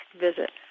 visit